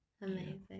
amazing